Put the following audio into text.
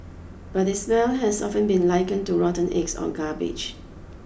but its smell has often been likened to rotten eggs or garbage